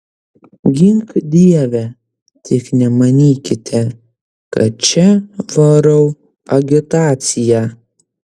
gink dieve tik nemanykite kad čia varau agitaciją